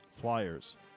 flyers